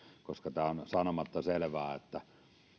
koska on on sanomatta selvää että